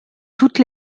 toutes